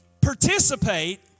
participate